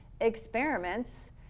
experiments